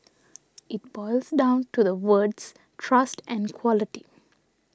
it boils down to the words trust and quality